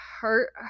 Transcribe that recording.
hurt